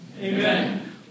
Amen